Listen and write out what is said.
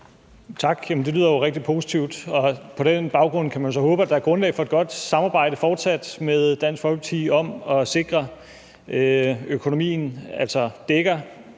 Tak. Det lyder jo rigtig positivt. På den baggrund kan man så håbe, at der fortsat er grundlag for et godt samarbejde med Dansk Folkeparti om at sikre økonomien og